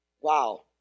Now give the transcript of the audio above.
Wow